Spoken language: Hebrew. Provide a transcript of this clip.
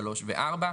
2023 ו-2024.